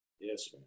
Yes